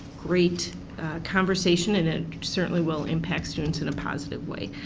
great conversation and it certainly will impact students in a positive way.